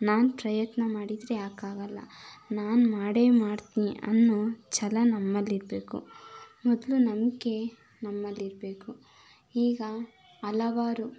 ನಾನು ಪ್ರಯತ್ನ ಮಾಡಿದರೆ ಯಾಕೆ ಆಗೋಲ್ಲ ನಾನು ಮಾಡೇ ಮಾಡ್ತೀನಿ ಅನ್ನೋ ಛಲ ನಮ್ಮಲ್ಲಿ ಇರಬೇಕು ಮೊದಲು ನಂಬಿಕೆ ನಮ್ಮಲ್ಲಿ ಇರಬೇಕು ಈಗ ಹಲವಾರು